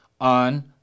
on